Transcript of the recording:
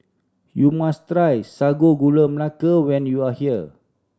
you must try Sago Gula Melaka when you are here